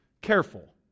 Careful